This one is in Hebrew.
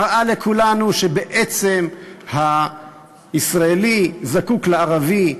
מראה לכולנו שבעצם הישראלי זקוק לערבי,